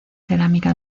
cerámica